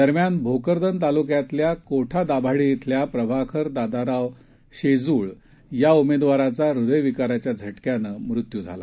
दरम्यान भोकरदन तालुक्यातल्या कोठा दाभाडी इथल्या प्रभाकर दादाराव शेजूळया उमेदवाराचा हृदयविकाराच्या झटक्यानं मृत्यू झाला